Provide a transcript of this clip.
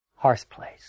hearthplace